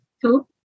Two